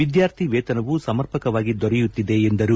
ವಿದ್ಯಾರ್ಥಿಗಳ ವೇತನವೂ ಸಮರ್ಪಕವಾಗಿ ದೊರೆಯುತ್ತಿದೆ ಎಂದರು